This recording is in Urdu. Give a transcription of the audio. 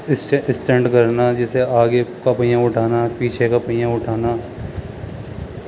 اسٹے اسٹینٹ کرنا جیسے آگے کا پہیا اٹھانا پیچھے کا پہیا اٹھانا